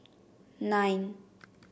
nine